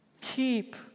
Keep